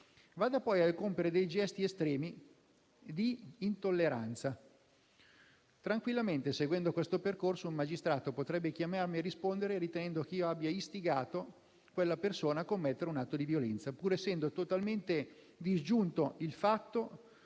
vada poi al compiere gesti estremi di intolleranza; tranquillamente, seguendo questo percorso, un magistrato potrebbe chiamarmi a rispondere, ritenendo che abbia istigato quella persona a commettere un atto di violenza, pur essendo totalmente disgiunto il fatto